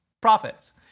profits